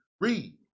Read